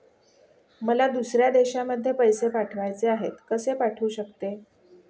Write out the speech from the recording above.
मला दुसऱ्या देशामध्ये पैसे पाठवायचे आहेत कसे पाठवू शकते?